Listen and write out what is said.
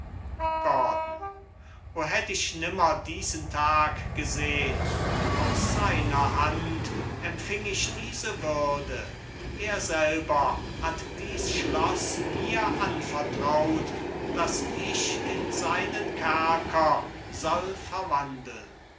gordon o hätt ich nimmer diesen tag gesehn aus seiner hand empfing ich diese würde er selber hat dies schloß mir anvertraut das ich in seinen kerker soll verwandeln